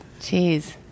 Jeez